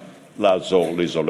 בחירתנו להצבעתם הדמוקרטית של אזרחי